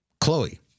Chloe